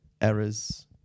errors